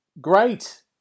Great